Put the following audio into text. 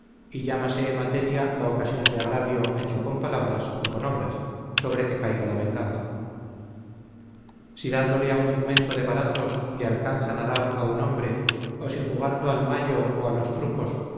y llamase materia la ocasión de agravio hecho con palabras o con obras sobre que caiga la venganza si dándole a un jumento de varazos le alcanzan a dar a un hombre o si jugando al mallo o a los trucos